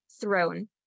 throne